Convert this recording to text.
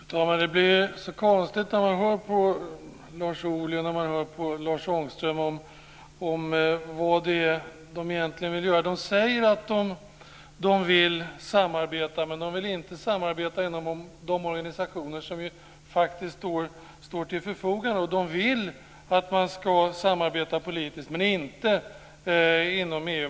Fru talman! Det blir så konstigt när man hör Lars Ohly och Lars Ångström säga vad de egentligen vill göra. De säger att de vill samarbeta, men de vill inte samarbeta inom de organisationer som faktiskt står till förfogande. De vill att man ska samarbeta politiskt men inte inom EU.